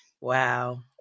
Wow